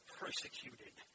persecuted